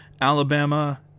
Alabama